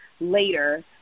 later